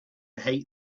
hate